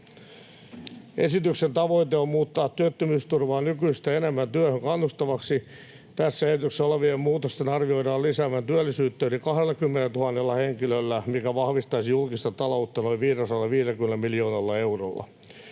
Esityksen tavoite on muuttaa työttömyysturvaa nykyistä enemmän työhön kannustavaksi. Tässä esityksessä olevien muutosten arvioidaan lisäävän työllisyyttä yli 20 000 henkilöllä, mikä vahvistaisi julkista taloutta noin 550 miljoonalla eurolla.